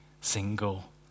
single